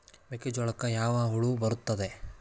ಮೆಕ್ಕೆಜೋಳಕ್ಕೆ ಯಾವ ಹುಳ ಬರುತ್ತದೆ?